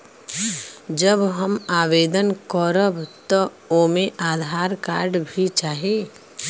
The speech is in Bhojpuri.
जब हम आवेदन करब त ओमे आधार कार्ड भी चाही?